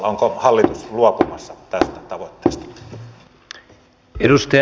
onko hallitus luopumassa tästä tavoitteesta